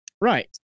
Right